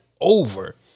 over